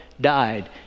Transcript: died